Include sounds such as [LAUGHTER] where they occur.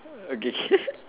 okay [LAUGHS]